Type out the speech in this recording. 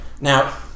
now